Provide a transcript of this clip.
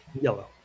yellow